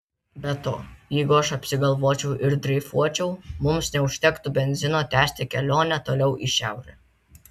be to jeigu aš apsigalvočiau ir dreifuočiau mums neužtektų benzino tęsti kelionę toliau į šiaurę